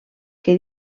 que